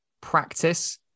practice